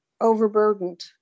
overburdened